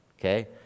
Okay